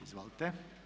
Izvolite.